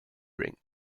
ring